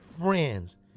friends